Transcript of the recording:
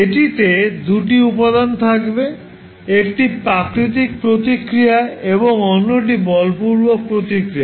এটিতে দুটি উপাদান থাকবে একটি প্রাকৃতিক প্রতিক্রিয়া এবং অন্যটি বলপূর্বক প্রতিক্রিয়া